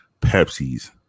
Pepsis